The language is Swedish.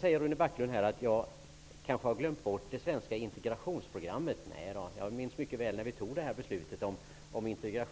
Rune Backlund säger att jag kanske har glömt bort det svenska integrationsprogrammet. Nej, jag minns mycket väl när vi tog integrationsbeslutet